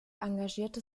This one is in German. engagierte